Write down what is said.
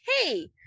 hey